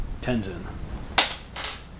Tenzin